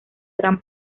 gran